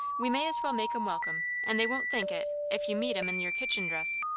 we may as well make em welcome and they won't think it, if you meet em in your kitchen dress.